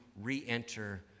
re-enter